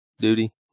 duty